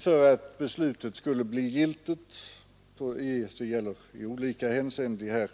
för att beslutet skulle bli giltigt i olika hänseenden.